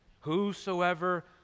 Whosoever